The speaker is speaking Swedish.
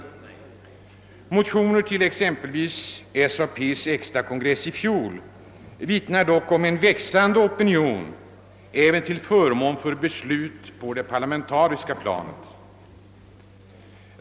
Exempelvis motioner till SAP:s extrakongress i fjol vittnar dock om en växande opinion till förmån för beslut även på det parlamentariska planet.